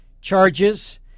charges